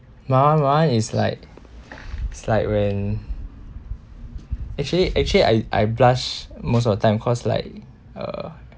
mine mine is like is like when actually actually I I blush most of the time cause like uh